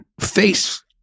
face